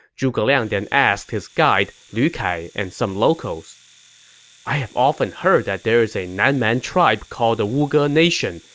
zhuge liang then asked his guide lu kai and some locals i have often heard that there is a nan man tribe called the wuge nation,